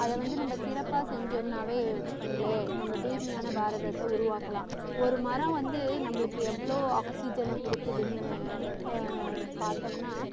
அதை வந்து நம்ப சிறப்பாக செஞ்சோம்னாவே வச்சிக்கிங்களேன் நம்ம தூய்மையான பாரதத்தை உருவாக்கலாம் ஒரு மரம் வந்து நம்பளுக்கு எவ்வளோ ஆக்ஸிஜனை கொடுக்குதுனு பார்த்தம்னா